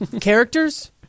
Characters